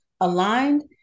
aligned